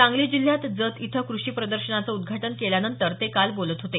सांगली जिल्ह्यात जत इथं कृषी प्रदर्शनाचं उद्घाटन केल्यानंतर काल ते बोलत होते